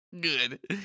Good